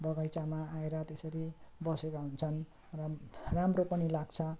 बगैँचामा आएर त्यसरी बसेका हुन्छन् र राम्रो पनि लाग्छ